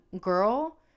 girl